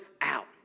out